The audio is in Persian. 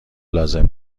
لازم